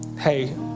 hey